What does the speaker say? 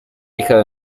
hija